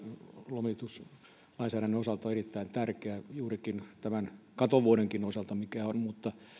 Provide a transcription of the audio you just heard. lomituslainsäädännön osalta on erittäin tärkeä juurikin tämän katovuodenkin osalta mikä on mutta